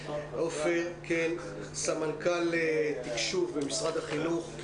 רימון, סמנכ"ל תקשוב במשרד החינוך.